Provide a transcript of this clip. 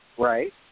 Right